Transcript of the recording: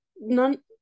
none